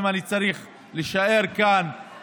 ואם אני צריך להישאר כאן